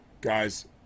Guys